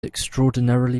extraordinarily